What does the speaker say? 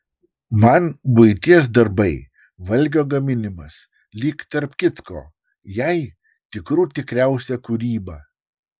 man buities darbai valgio gaminimas lyg tarp kitko jai tikrų tikriausia kūryba